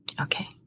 Okay